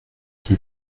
qui